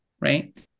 Right